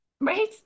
right